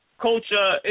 culture